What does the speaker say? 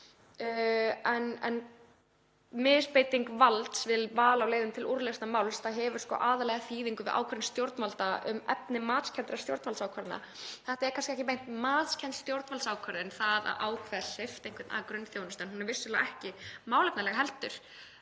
En misbeiting valds við val á leiðum til úrlausnar máls hefur aðallega þýðingu við ákvörðun stjórnvalda um efni matskenndra stjórnvaldsákvarðana. Þetta er kannski ekki beint matskennd stjórnvaldsákvörðun, það að ákveða að svipta einhvern grunnþjónustu, en hún er vissulega ekki málefnaleg heldur.